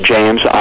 James